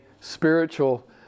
spiritual